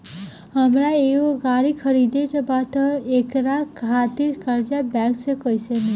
हमरा एगो गाड़ी खरीदे के बा त एकरा खातिर कर्जा बैंक से कईसे मिली?